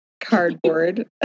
Cardboard